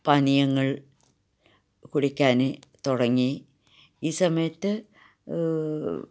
പാനീയങ്ങൾ കുടിക്കാന് തുടങ്ങി ഈ സമയത്ത്